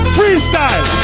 Freestyle